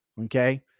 Okay